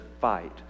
fight